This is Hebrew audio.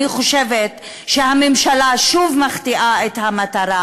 אני חושבת שהממשלה שוב מחטיאה את המטרה.